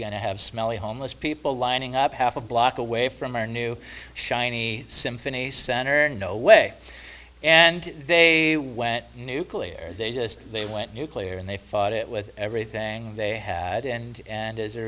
to have smelly homeless people lining up half a block away from our new shiny symphony center no way and they went nuclear they just they went nuclear and they fought it with everything they had and a